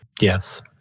yes